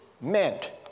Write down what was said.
meant